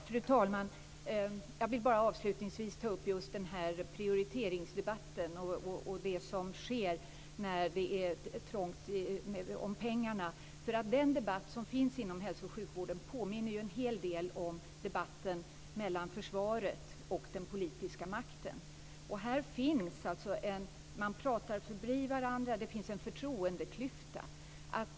Fru talman! Avslutningsvis vill jag ta upp prioriteringsdebatten och det som sker när det är dåligt med pengar. Den debatt som finns inom hälso och sjukvården påminner en hel del om debatten mellan försvaret och den politiska makten. Man pratar förbi varandra, och det finns en förtroendeklyfta.